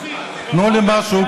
תנו לי משהו.